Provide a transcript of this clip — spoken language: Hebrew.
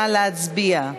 נא להצביע.